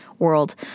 world